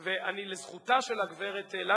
ואני, לזכותה של הגברת לנדבר,